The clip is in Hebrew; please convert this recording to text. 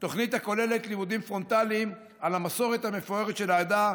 תוכנית הכוללת לימודים פרונטליים על המסורת המפוארת של העדה,